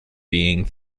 being